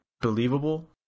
believable